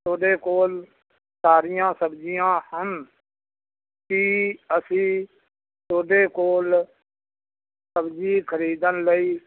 ਤੁਹਾਡੇ ਕੋਲ ਸਾਰੀਆਂ ਸਬਜ਼ੀਆਂ ਹਨ ਕੀ ਅਸੀਂ ਤੁਹਾਡੇ ਕੋਲ ਸਬਜ਼ੀ ਖਰੀਦਣ ਲਈ